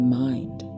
mind